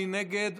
מי נגד?